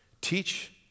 teach